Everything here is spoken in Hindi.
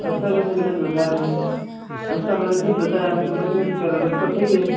रास्ता कैसे गलत बताया मैंने रास्ता मैंने सही बताया है अंकल ऐसे कैसे कहे रहे हो रास्ता सही है